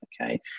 Okay